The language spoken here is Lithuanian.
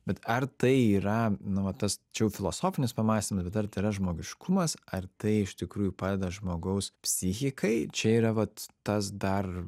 bet ar tai yra nu va tas čia jau filosofinis pamąstymas bet ar tai yra žmogiškumas ar tai iš tikrųjų padeda žmogaus psichikai čia yra vat tas dar